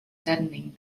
deadening